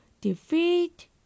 defeat